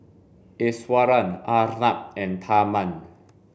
Iswaran Arnab and Tharman